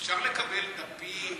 אפשר לקבל דפים,